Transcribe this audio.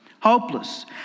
Hopeless